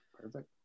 Perfect